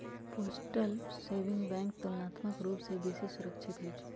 postal saving bank तुलनात्मक रूप से बेशी सुरक्षित होइ छइ